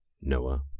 Noah